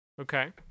Okay